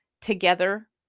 together